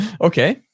Okay